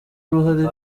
uruhare